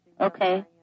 okay